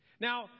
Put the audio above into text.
Now